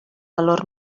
valor